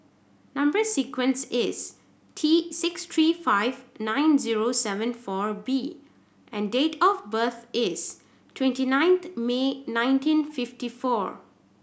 number sequence is T six three five nine zero seven four B and date of birth is twenty nine May nineteen fifty four